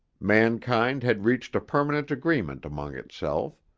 mankind had reached a permanent agreement among itself,